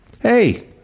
hey